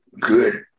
good